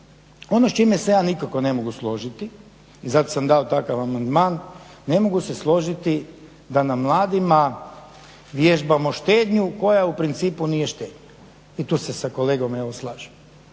Ono s čime se ja nikako ne mogu složiti i zato sam dao takav amandman, ne mogu se složiti da na mladima vježbamo štednju koja u principu nije štednja i tu se sa kolegom, evo slažem,